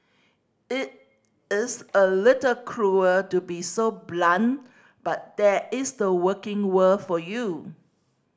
it is a little cruel to be so blunt but that is the working world for you